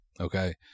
okay